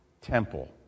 temple